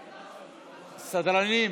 סדרנים,